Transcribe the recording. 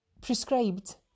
prescribed